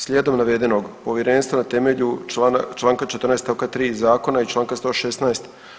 Slijedom navedenog, povjerenstvo na temelju Članka 14. stavka 3. zakona i Članka 116.